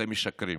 אתם משקרים.